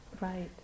right